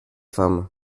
femmes